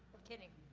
kidding,